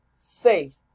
safe